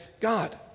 God